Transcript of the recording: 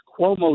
Cuomo